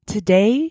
Today